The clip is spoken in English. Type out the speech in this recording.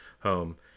home